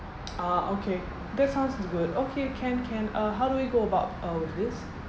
ah okay that sounds good okay can can uh how do we go about uh with this